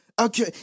Okay